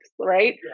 right